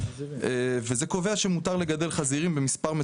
וזה קובע שניתן לגדל חזירים במספר מאוד